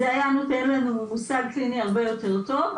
זה היה נותן לנו מושג קליני הרבה יותר טוב,